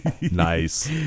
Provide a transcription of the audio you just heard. Nice